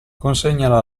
consegnala